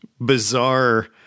bizarre –